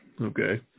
Okay